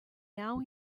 now